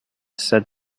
said